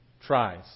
tries